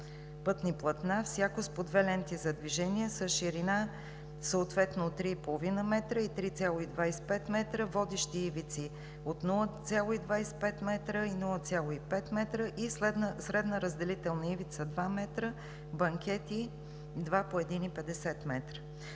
пътни платна, всяко с по две ленти за движение, с ширина съответно от 3,5 м и 3,25 м, водещи ивици от 0,25 м и 0,5 м, и средна разделителна ивица 2 м, банкети – два по 1,50 м.